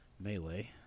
melee